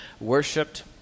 worshipped